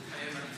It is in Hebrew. מתחייב אני